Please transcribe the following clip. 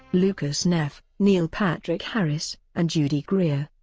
lucas neff, neil patrick harris and judy greer,